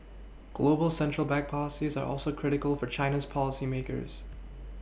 global central bank policies are also critical for China's policy makers